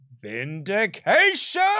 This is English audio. vindication